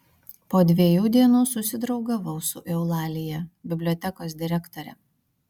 po dviejų dienų susidraugavau su eulalija bibliotekos direktore